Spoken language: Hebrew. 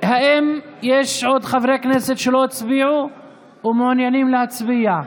האם יש עוד חברי כנסת שלא הצביעו ומעוניינים להצביע?